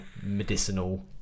medicinal